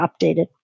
updated